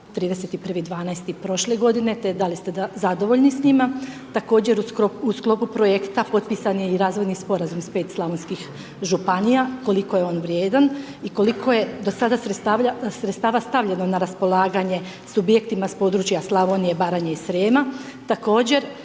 31.12. prošle godine te da li ste zadovoljni s njima. Također u sklopu projekta potpisan je i razvojni sporazum s 5 razvojnih županija, koliko je on vrijedan i koliko je do sada sredstava stavljeno na raspolaganje subjektima s područje Slavonije, Baranje i Srijema,